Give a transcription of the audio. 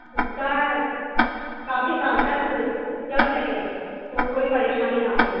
اس کا کافی سال تک چل سکے اور کوئی پریشانی نہ ہو